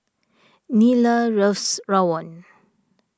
Nyla loves Rawon